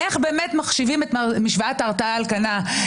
איך משיבים את משוואת ההרתעה על כנה,